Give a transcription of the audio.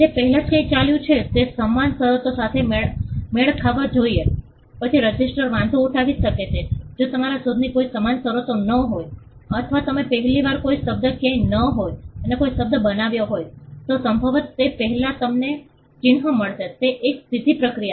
તે પહેલાં જે કંઇ ચાલ્યું છે તે સમાન શરતો સાથે મેળ ખાવા જેવું છે પછી રજિસ્ટ્રી વાંધો ઉઠાવી શકે છે જો તમારી શોધની કોઈ સમાન શરતો ન હોય અથવા તમે પહેલી વાર કોઈ શબ્દ કર્યો ન હોય અને કોઈ શબ્દ બનાવ્યો હોય તો સંભવત તે પહેલાં તમને ચિહ્ન મળશે તે એક સીધી પ્રક્રિયા છે